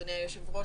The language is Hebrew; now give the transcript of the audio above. אדוני היושב-ראש,